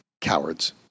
Cowards